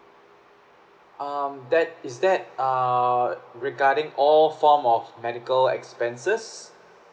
um that is that err regarding all form of medical expenses